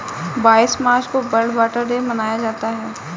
बाईस मार्च को World Water Day मनाया जाता है